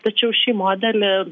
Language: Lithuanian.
tačiau šį modelį